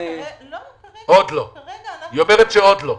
היא אומרת שעוד לא.